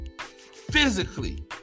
physically